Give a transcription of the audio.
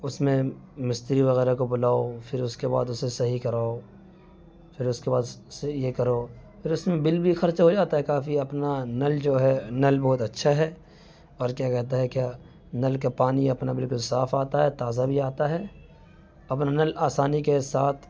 اس میں مستری وغیرہ کو بلاؤ پھر اس کے بعد اس کو صحیح کراؤ پھر اس کے بعد سے یہ کرو پھر اس میں بل بھی خرچہ ہو جاتا ہے کافی اپنا نل جو ہے نل بہت اچّھا ہے اور کیا کہتا ہے کیا نل کے پانی اپنا بالکل صاف آتا ہے تازہ بھی آتا ہے اپنا نل آسانی کے ساتھ